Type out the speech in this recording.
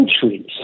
centuries